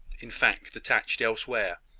in fact, attached elsewhere.